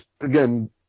Again